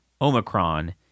Omicron